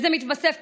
וזה מתווסף,